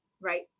right